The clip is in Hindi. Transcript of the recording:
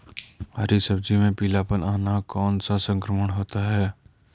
हरी सब्जी में पीलापन आना कौन सा संक्रमण होता है?